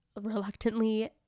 reluctantly